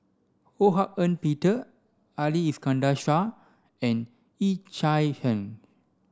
Ho Hak Ean Peter Ali Iskandar Shah and Yee Chia Hsing